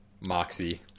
moxie